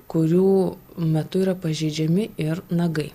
kurių metu yra pažeidžiami ir nagai